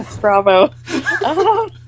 bravo